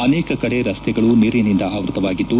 ಅನೇಕ ಕಡೆ ರಸ್ತೆಗಳು ನೀರಿನಿಂದ ಆವೃತ್ತವಾಗಿದ್ದು